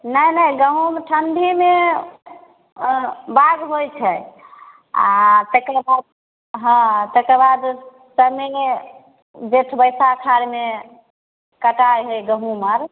नहि नहि गहुम ठण्डी मे अऽ बाउग होइ छै आओर तकर बाद हाँ तकर बाद जेठ बैसाख अखाढ़ आरमे कटाइ हय गहुम आर